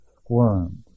squirmed